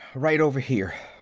right over here.